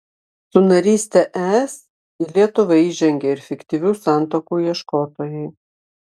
su naryste es į lietuvą įžengė ir fiktyvių santuokų ieškotojai